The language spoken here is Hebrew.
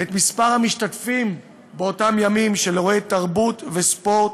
את מספר המשתתפים באותם ימים של אירועי תרבות וספורט,